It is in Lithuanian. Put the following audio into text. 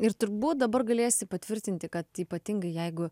ir turbūt dabar galėsi patvirtinti kad ypatingai jeigu